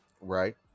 right